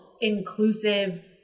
inclusive